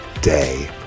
day